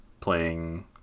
Playing